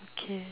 K